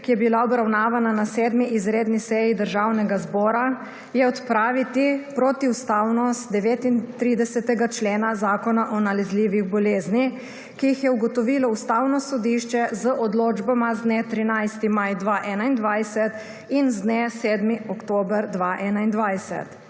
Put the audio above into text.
ki je bila obravnavana na 7. izredni seji Državnega zbora, je odpraviti protiustavnost 39. člena Zakona o nalezljivih boleznih, ki jih je ugotovilo Ustavno sodišče z odločbama z dne 13. maj in 2021 in z dne 7. oktober 2021.